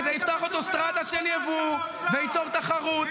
-- וזה יפתח אוטוסטרדה של יבוא וייצור תחרות.